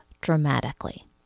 dramatically